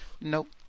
Nope